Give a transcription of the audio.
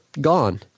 gone